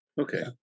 Okay